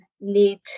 need